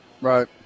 Right